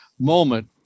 moment